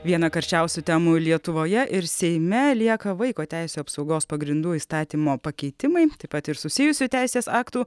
viena karščiausių temų lietuvoje ir seime lieka vaiko teisių apsaugos pagrindų įstatymo pakeitimai taip pat ir susijusių teisės aktų